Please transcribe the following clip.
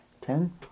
Ten